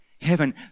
heaven